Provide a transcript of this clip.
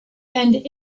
and